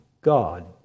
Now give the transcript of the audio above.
God